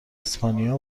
اسپانیا